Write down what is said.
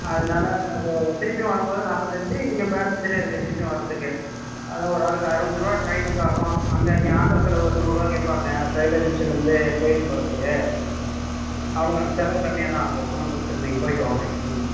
அதுனால் இப்போ திருப்பியும் வரும் போது நாற்பத்தஞ்சி இங்கே பேசஞ்ஜரே இருக்குது திருப்பியும் வரதுக்கு அதான் ஒரு ஆளுக்கு அறுபது ருபா ட்ரெயினுக்காகும் அங்கே நீ ஆட்டோ செலவு ஒரு நூறுபா கேட்பாங்க ரயில்வேஸ்டேஷன்லேருந்து கோயிலுக்கு போகிறத்துக்கு அவ்வளோ தான் செலவு கம்மியாக தான் ஆகும் ஒன்றும் பிரச்சினை நீங்கள் போயிட்டு வாங்க ம்